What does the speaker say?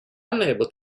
unable